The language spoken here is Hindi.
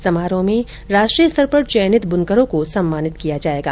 इस समारोह में राष्ट्रीय स्तर पर चयनित बुनकरों को सम्मानित किया जायेगा